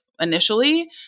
initially